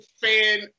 fan